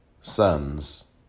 sons